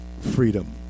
freedom